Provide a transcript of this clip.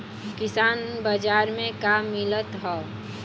किसान बाजार मे का मिलत हव?